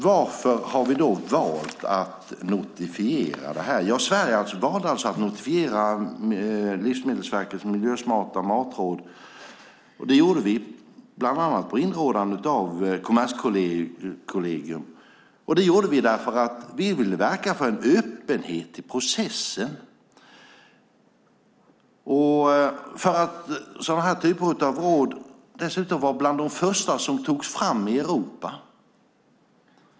Varför har vi då valt att notifiera detta? Sverige valde alltså att notifiera Livsmedelsverkets miljösmarta matråd, bland annat på inrådan av Kommerskollegium och för att vi vill verka för en öppenhet i processen. Dessutom var detta bland de första råden av den här typen som togs fram i Europa.